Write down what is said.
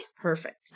Perfect